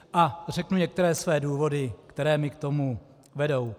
A řeknu některé své důvody, které mě k tomu vedou.